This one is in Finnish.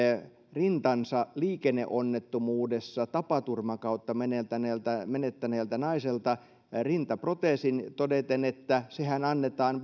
rintansa liikenneonnettomuudessa tapaturman kautta menettäneeltä menettäneeltä naiselta rintaproteesin todeten että sehän annetaan